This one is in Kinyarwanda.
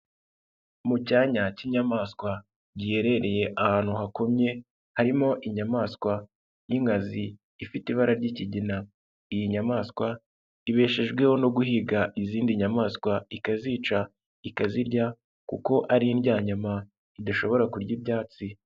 Mu cyanya k'inyamaswa giherereye ahantu hakomye, harimo inyamaswa y'inkazi ifite ibara ry'ikigina, iyi nyamaswa ibeshejweho no guhiga izindi nyamaswa ikazica, ikazirya kuko ari indyayama idashobora kurya ibyatsi.